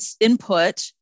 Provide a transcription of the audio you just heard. input